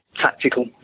tactical